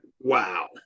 wow